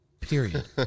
Period